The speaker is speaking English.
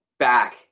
back